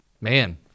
Man